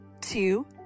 Two